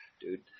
dude